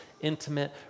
intimate